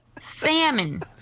Salmon